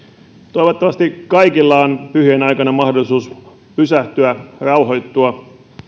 toivottavasti kaikilla on pyhien aikana mahdollisuus pysähtyä rauhoittua